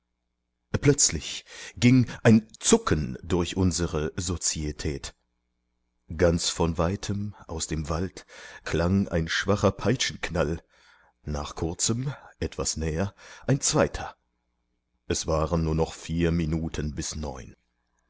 plötzlich ging ein zucken durch unsere sozietät ganz von weitem aus dem wald klang ein schwacher peitschenknall nach kurzem etwas näher ein zweiter es waren nur noch vier minuten bis neun